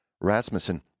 Rasmussen